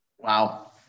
Wow